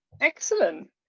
Excellent